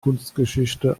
kunstgeschichte